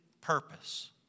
purpose